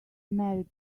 married